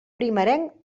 primerenc